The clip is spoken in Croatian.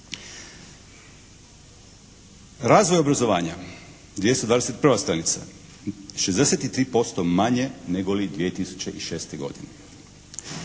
Razvoj obrazovanja, 221. stranica. 63% manje nego li 2006. godine.